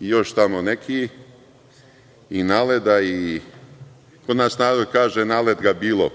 i još tamo neki i NALEDA, kod nas narod kaže – Nalet ga bilo